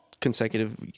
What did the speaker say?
consecutive